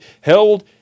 held